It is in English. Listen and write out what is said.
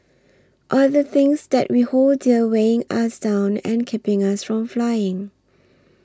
are the things that we hold dear weighing us down and keeping us from flying